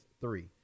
three